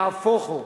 נהפוך הוא.